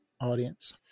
audience